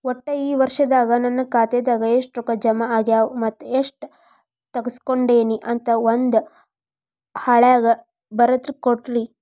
ಒಟ್ಟ ಈ ವರ್ಷದಾಗ ನನ್ನ ಖಾತೆದಾಗ ಎಷ್ಟ ರೊಕ್ಕ ಜಮಾ ಆಗ್ಯಾವ ಮತ್ತ ಎಷ್ಟ ತಗಸ್ಕೊಂಡೇನಿ ಅಂತ ಒಂದ್ ಹಾಳ್ಯಾಗ ಬರದ ಕೊಡ್ರಿ